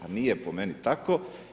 A nije po meni tako.